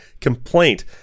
complaint